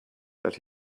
that